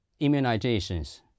immunizations